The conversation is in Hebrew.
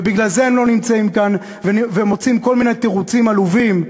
ובגלל זה הם לא נמצאים כאן ומוצאים כל מיני תירוצים עלובים,